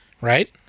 Right